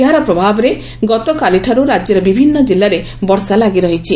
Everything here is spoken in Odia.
ଏହାର ପ୍ରଭାବରେ ଗତକାଲିଠାରୁ ରାଜ୍ୟର ବିଭିନ୍ନ ଜିଲ୍ଲାରେ ବର୍ଷା ଲାଗି ରହିଛି